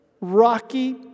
rocky